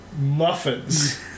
Muffins